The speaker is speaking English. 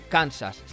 Kansas